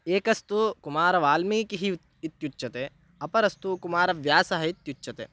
एकस्तु कुमारवाल्मीकिः इत्युच्यते अपरस्तु कुमारव्यासः इत्युच्यते